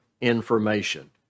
information